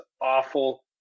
awful